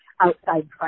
outside